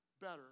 better